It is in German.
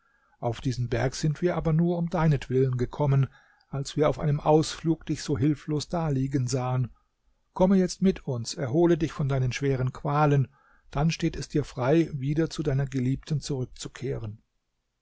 auf diesen berg sind wir aber nur um deinetwillen gekommen als wir auf einem ausflug dich so hilflos daliegen sahen komme jetzt mit uns erhole dich von deinen schweren qualen dann steht es dir frei wieder zu deiner geliebten zurückzukehren